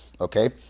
Okay